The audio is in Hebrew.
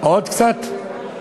עוד קצת?